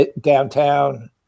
downtown